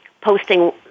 posting